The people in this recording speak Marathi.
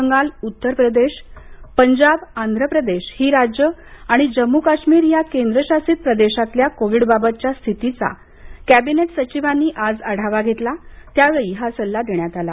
बंगाल उत्तर प्रदेश पंजाब आंध्र प्रदेश ही राज्य आणि जम्मू काश्मीर या केंद्रशासित प्रदेशातल्या कोविडबाबतच्या स्थितीचा कॅबिनेट सचिवांनी आज आढावा घेतला त्यावेळी हा सल्ला देण्यात आला